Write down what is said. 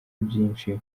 byinshi